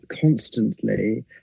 constantly